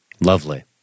Lovely